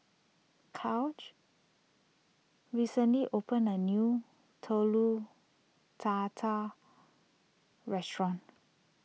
recently opened a new Telur Dadah restaurant